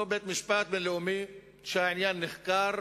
בית-משפט בין-לאומי לפשעים שהעניין נחקר,